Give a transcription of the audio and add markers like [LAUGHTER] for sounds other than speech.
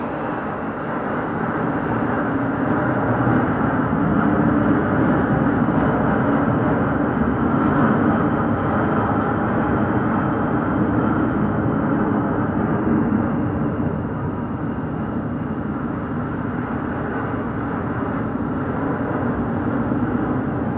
[NOISE]